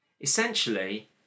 Essentially